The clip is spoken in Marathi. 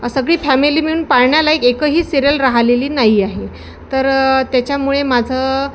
सगळी फॅमिली मिळून पाहण्यालायक एकही सिरियल राहिलेली नाही आहे तर त्याच्यामुळे माझं